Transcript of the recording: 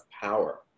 power